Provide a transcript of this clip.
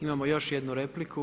Imamo još jednu repliku.